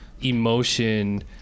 emotion